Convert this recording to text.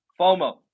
fomo